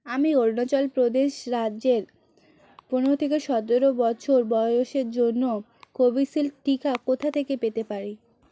আমি অরুণাচল প্রদেশ রাজ্যে পনেরো থেকে সতেরো বছর বয়সের জন্য কোভিশিল্ড টিকা কোথা থেকে পেতে পারি